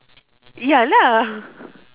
ya lah